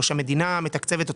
את מכניסה אותה בתקציב של